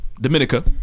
Dominica